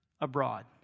abroad